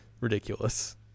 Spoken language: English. Ridiculous